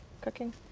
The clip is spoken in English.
cooking